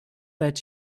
that